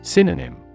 Synonym